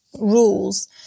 rules